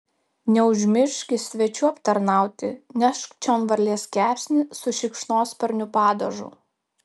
neužmirški svečių aptarnauti nešk čion varlės kepsnį su šikšnosparnių padažu